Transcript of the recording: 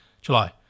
July